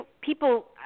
people